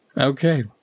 Okay